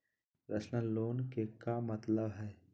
Personal loan के का मतलब हई?